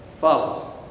follows